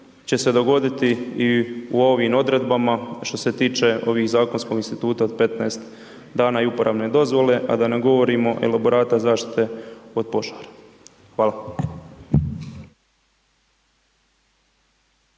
će se dogoditi i u ovim odredbama što se tiče ovog zakonskog instituta od 15 dana i uporabne dozvole, a da ne govorimo elaborata zaštite od požara. Hvala.